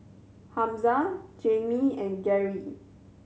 Hamza Jamey and Gary